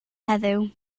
heddiw